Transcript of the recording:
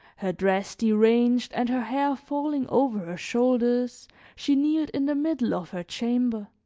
her dress deranged and her hair falling over her shoulders she kneeled in the middle of her chamber